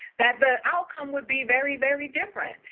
that the outcome would be very, very different.